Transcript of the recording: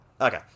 Okay